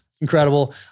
incredible